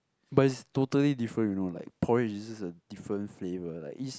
but is totally different you know like porridge is just a different flavour like is